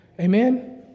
Amen